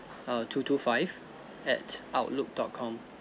err two two five at outlook dot com